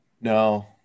No